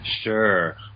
Sure